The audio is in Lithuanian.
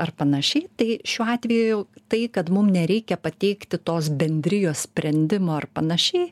ar panašiai tai šiuo atveju tai kad mum nereikia pateikti tos bendrijos sprendimo ir panašiai